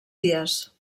dies